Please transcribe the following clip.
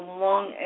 long